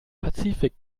pazifik